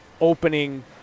opening